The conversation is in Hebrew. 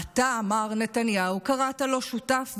אתה, מר נתניהו, קראת לו שותף וחבר,